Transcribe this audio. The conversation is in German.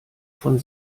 von